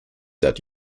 that